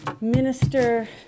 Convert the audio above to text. minister